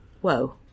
whoa